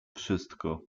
wszystko